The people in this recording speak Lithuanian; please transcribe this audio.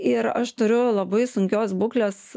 ir aš turiu labai sunkios būklės